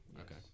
Okay